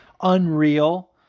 Unreal